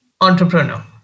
entrepreneur